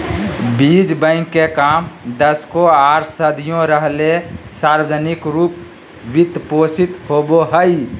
बीज बैंक के काम दशकों आर सदियों रहले सार्वजनिक रूप वित्त पोषित होबे हइ